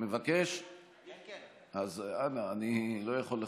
אז אנא, אני לא יכול לחכות.